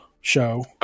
show